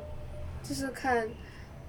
就是看